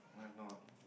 I've no